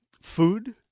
food